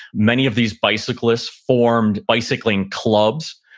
many of these bicyclists formed bicycling clubs,